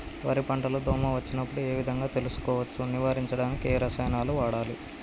వరి పంట లో దోమ వచ్చినప్పుడు ఏ విధంగా తెలుసుకోవచ్చు? నివారించడానికి ఏ రసాయనాలు వాడాలి?